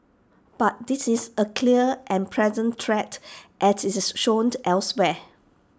but this is A clear and present threat as IT is shown elsewhere